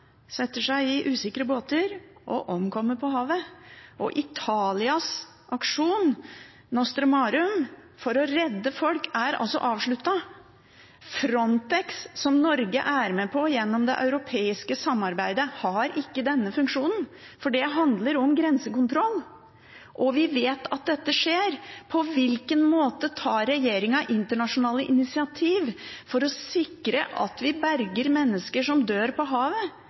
setter seg i usikre båter og omkommer på havet. Italias aksjon, Mare Nostrum, for å redde folk er altså avsluttet. Frontex, som Norge er med på gjennom det europeiske samarbeidet, har ikke denne funksjonen, for det handler om grensekontroll. Vi vet at dette skjer. På hvilken måte tar regjeringen internasjonale initiativ for å sikre at vi berger mennesker som dør på havet,